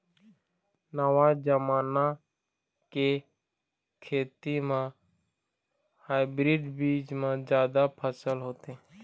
नवा जमाना के खेती म हाइब्रिड बीज म जादा फसल होथे